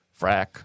frack